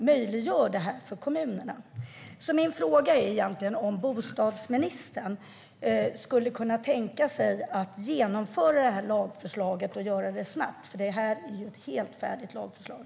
Min fråga är om bostadsministern skulle kunna tänka sig att genomföra lagförslaget och att göra det snabbt. Det är ett helt färdigt lagförslag.